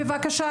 בבקשה,